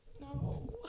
No